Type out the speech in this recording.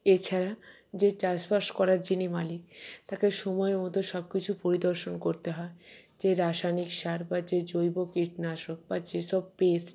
এছাড়া যে চাষবাস করার যিনি মালিক তাকে সময় মতো সব কিছু পরিদর্শন করতে হয় যে রাসায়নিক সার বা যে জৈব কীটনাশক বা যেসব পেস্ট